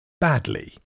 badly